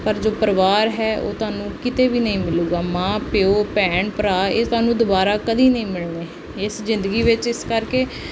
ਪਰ ਜੋ ਪਰਿਵਾਰ ਹੈ ਉਹ ਤੁਹਾਨੂੰ ਕਿਤੇ ਵੀ ਨਹੀਂ ਮਿਲੇਗਾ ਮਾਂ ਪਿਓ ਭੈਣ ਭਰਾ ਇਹ ਸਾਨੂੰ ਦੁਬਾਰਾ ਕਦੀ ਨਹੀਂ ਮਿਲਣੇ ਇਸ ਜ਼ਿੰਦਗੀ ਵਿੱਚ ਇਸ ਕਰਕੇ